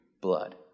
blood